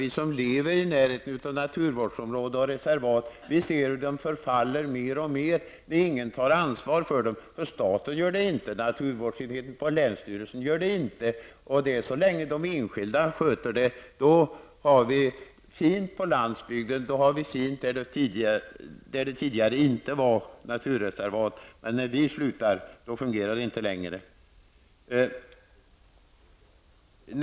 Vi som lever i närheten av naturvårdsområden och reservat ser hur de förfaller mer och mer, eftersom det inte är någon som tar ansvar för dem. Staten tar inget ansvar och inte heller naturvårdsenheten på länsstyrelsen. Så länge som det är enskilda som sköter dessa områden har vi det fint på landsbygden där det tidigare inte var naturreservat. Men när de enskilda upphör med sin skötsel fungerar det inte längre.